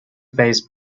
phase